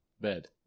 Bed